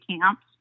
camps